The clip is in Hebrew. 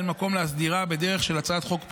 אין מקום להסדירה בדרך של הצעת חוק פרטית.